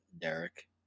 Derek